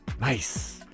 Nice